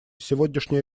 сегодняшняя